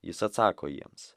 jis atsako jiems